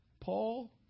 Paul